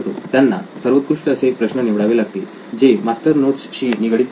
त्यांना सर्वोत्कृष्ट असे प्रश्न निवडावे लागतील जे मास्टर नोट्स निगडित असतील